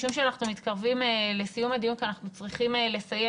משום שאנחנו מתקרבים לסיום הדיון כי אנחנו צריכים לסיים,